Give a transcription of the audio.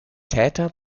täter